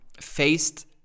faced